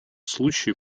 случае